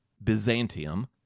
Byzantium